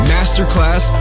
Masterclass